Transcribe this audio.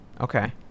Okay